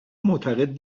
معتقد